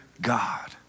God